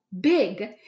big